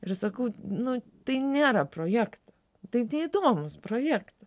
ir sakau nu tai nėra projektas tai tie įdomūs projektai